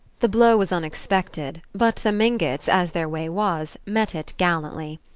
the blow was unexpected but the mingotts, as their way was, met it gallantly.